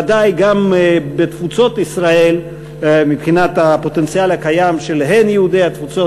ודאי גם בתפוצות ישראל מבחינת הפוטנציאל הקיים הן של יהודי התפוצות,